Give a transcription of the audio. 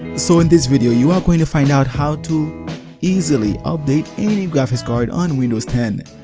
so in this video you are going to find out how to easily update any graphics card on windows ten.